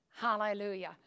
hallelujah